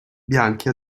bianchi